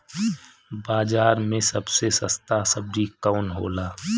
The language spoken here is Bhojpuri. बाजार मे सबसे सस्ता सबजी कौन होला?